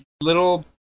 little